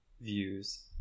views